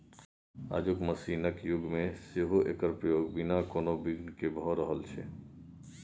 आजुक मशीनक युग मे सेहो एकर प्रयोग बिना कोनो बिघ्न केँ भ रहल छै